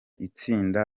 itsinda